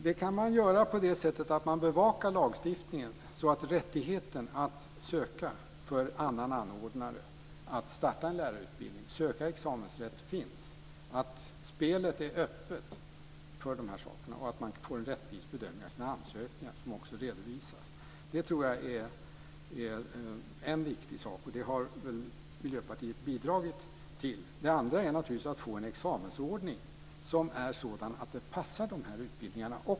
Det kan man göra genom att man bevakar lagstiftningen så att rättigheten för annan anordnare att starta en lärarutbildning och söka examensrätt finns. Det kan man göra genom att spelet är öppet och genom att bedömningen av ansökningarna blir rättvis och även redovisas. Det tror jag är en viktig sak, och det har Miljöpartiet bidragit till. Det andra är naturligtvis att få en examensordning som är sådan att den även passar de här utbildningarna.